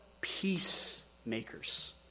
peacemakers